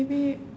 maybe